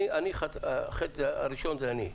החטא הראשון זה אני.